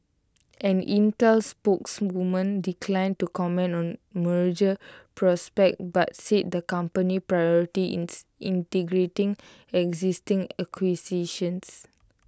an Intel spokeswoman declined to comment on merger prospects but said the company's priority is integrating existing acquisitions